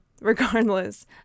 regardless